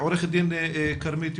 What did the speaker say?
עו"ד כרמית יוליס.